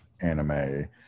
anime